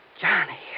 Johnny